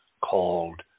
called